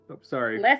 sorry